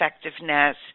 effectiveness